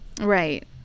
Right